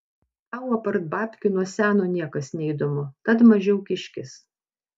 tau apart babkių nuo seno niekas neįdomu tad mažiau kiškis